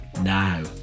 Now